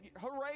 Hooray